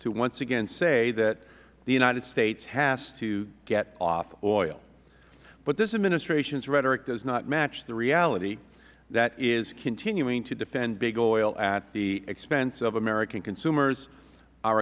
to once again say that the united states has to get off oil but this administration's rhetoric does not match the reality that it is continuing to defend big oil at the expense of american consumers our